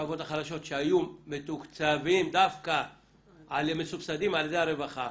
שהיו מסובסדים על ידי הרווחה.